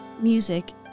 Music